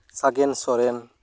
Sagen Soren